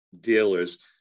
dealers